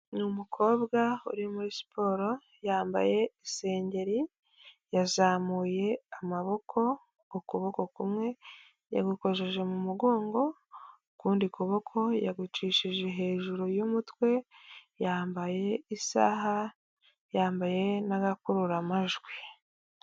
Ni numukobwa uri muri siporo, yambaye isengeri, yazamuye amaboko, ukuboko kumwe yagukojeje mu mugongo, Ukundi kuboko yagucishije hejuru y'umutwe, yambaye isaha, yambaye n'agakururamajwi.